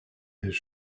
his